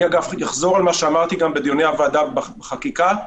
אחזור על מה שאמרתי גם בדיוני הוועדה בחקיקה: